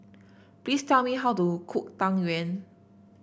please tell me how to cook Tang Yuen